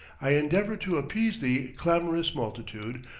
i endeavor to appease the clamorous multitude,